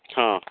ହଁ